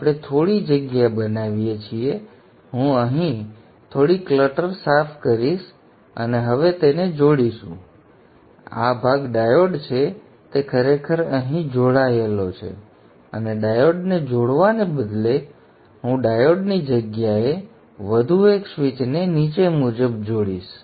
તેથી આપણે થોડી જગ્યા બનાવીએ છીએ હું અહીં થોડી ક્લટર સાફ કરીશ અને હવે તેને જોડશું હવે આ ભાગ ડાયોડ છે તે ખરેખર અહીં જોડાયેલો છે અને ડાયોડને જોડવાને બદલે હું ડાયોડની જગ્યાએ વધુ એક સ્વીચને નીચે મુજબ જોડીશ